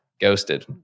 ghosted